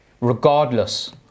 regardless